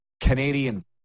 Canadian